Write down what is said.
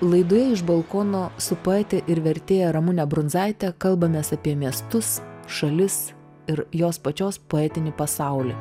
laidoje iš balkono su poete ir vertėja ramune brundzaite kalbamės apie miestus šalis ir jos pačios poetinį pasaulį